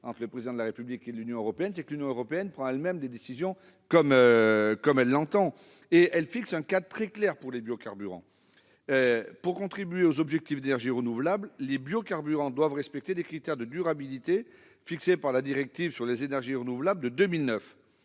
développement durable en prend un coup ... De son côté, l'Union européenne prend ses décisions comme elle l'entend. Elle fixe un cadre très clair pour les biocarburants. Ainsi, pour contribuer aux objectifs d'énergies renouvelables, les biocarburants doivent respecter les critères de durabilité fixés par la directive sur les énergies renouvelables de 2009.